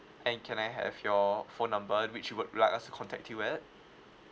and can I have your phone number which would like us to contact you with